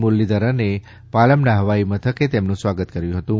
મુરલીધરને પાલમના ફવાઈદળ મથકે તેમનું સ્વાગત કર્યું હતું